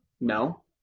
No